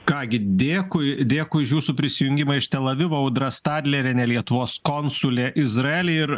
ką gi dėkui dėkui už jūsų prisijungimą iš tel avivo audra stadlerienė lietuvos konsulė izraely ir